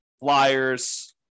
flyers